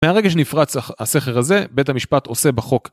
מהרגע שנפרץ הסכר הזה בית המשפט עושה בחוק